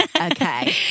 Okay